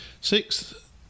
Sixth